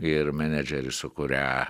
ir menedžerį su kuria